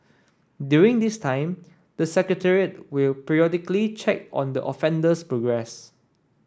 during this time the Secretariat will periodically check on the offender's progress